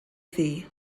ddu